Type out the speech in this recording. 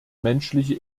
menschliche